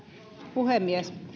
puhemies